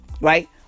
right